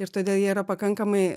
ir todėl jie yra pakankamai